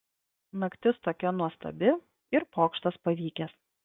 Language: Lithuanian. naktis tokia nuostabi ir pokštas pavykęs